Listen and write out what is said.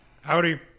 Howdy